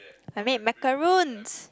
I mean Macaroons